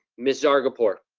miss zargarpur.